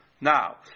Now